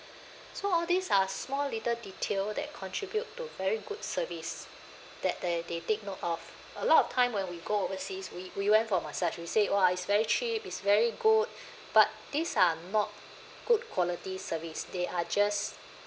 so all these are small little detail that contribute to very good service that they they take note of a lot of time when we go overseas we we went for massage we say !wah! it's very cheap it's very good but these are not good quality service they are just